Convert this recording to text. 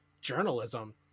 journalism